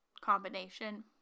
combination